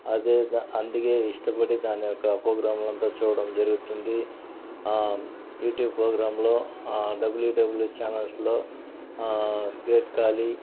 అదే విధ అందుకే ఇష్టపడి దాని యొక్క పోగ్రామ్నంత చూడ్డం జరుగుతుంది యూట్యూబ్ పోగ్రామ్లో డబల్యూ డబల్యూ ఛానెల్స్లో గ్రేట్ కాళీ